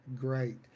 great